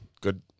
Good